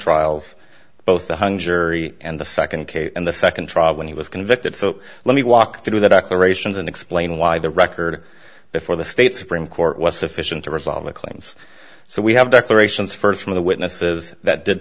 trials both the hung jury and the second case and the second trial when he was convicted so let me walk through that explorations and explain why the record before the state supreme court was sufficient to resolve the claims so we have declarations first from the witnesses that did